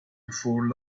before